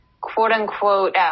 quote-unquote